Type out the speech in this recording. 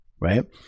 right